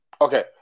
Okay